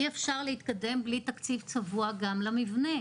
אי אפשר להתקדם בלי תקציב צבוע גם למבנה.